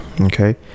Okay